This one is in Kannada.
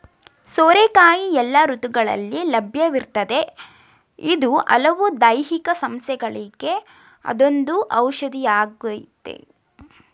ಸೋರೆಕಾಯಿ ಎಲ್ಲ ಋತುಗಳಲ್ಲಿ ಲಭ್ಯವಿರ್ತದೆ ಇದು ಹಲವು ದೈಹಿಕ ಸಮಸ್ಯೆಗಳಿಗೆ ಅದೊಂದು ಔಷಧಿಯಾಗಯ್ತೆ